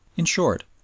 in short,